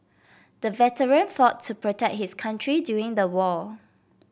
the veteran fought to protect his country during the war